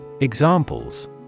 Examples